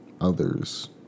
others